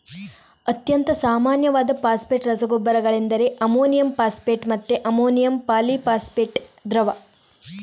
ಅತ್ಯಂತ ಸಾಮಾನ್ಯವಾದ ಫಾಸ್ಫೇಟ್ ರಸಗೊಬ್ಬರಗಳೆಂದರೆ ಅಮೋನಿಯಂ ಫಾಸ್ಫೇಟ್ ಮತ್ತೆ ಅಮೋನಿಯಂ ಪಾಲಿ ಫಾಸ್ಫೇಟ್ ದ್ರವ